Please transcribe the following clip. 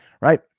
right